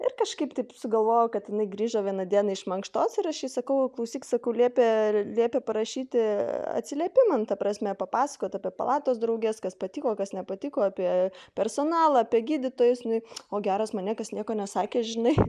ir kažkaip taip sugalvojau kad jinai grįžo vieną dieną iš mankštos ir aš jai sakau klausyk sakau liepė ir liepė parašyti atsiliepimą nu ta prasme papasakot apie palatos drauges kas patiko kas nepatiko apie personalą apie gydytojus o geras man niekas nieko nesakė žinai